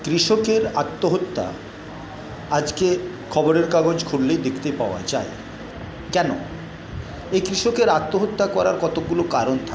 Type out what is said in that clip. কৃষকের আত্মহত্যা আজকে খবরের কাগজ খুললেই দেখতে পাওয়া যায় কেন এই কৃষকের আত্মহত্যা করার কতগুলো কারণ থাকে